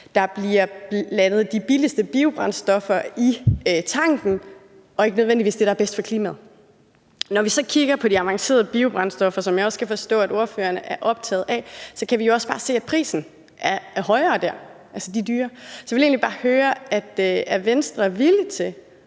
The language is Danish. der bliver blandet de billigste biobrændstoffer i tanken og ikke nødvendigvis det, der er bedst for klimaet. Når vi så kigger på de avancerede biobrændstoffer, som jeg også kan forstå at ordføreren er optaget af, kan vi også bare se, at prisen er højere dér – altså, de er dyrere. Så jeg vil egentlig bare høre: Er Venstre villig til